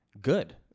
Good